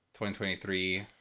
2023